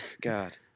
god